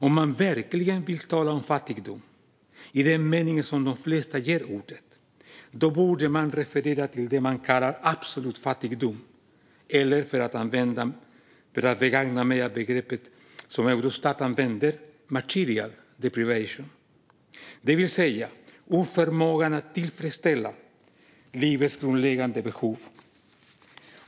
Om man verkligen vill tala om fattigdom i den mening som de flesta ger ordet borde man referera till det som kallas absolut fattigdom eller, om jag ska begagna mig av det begrepp som Eurostat använder, material deprivation. Det handlar alltså om oförmågan att tillfredsställa livets grundläggande behov.